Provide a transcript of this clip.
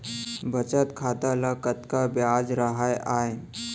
बचत खाता ल कतका ब्याज राहय आय?